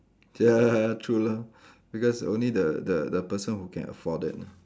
ya true lah because only the the the person who can afford it